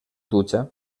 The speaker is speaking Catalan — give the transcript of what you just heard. dutxa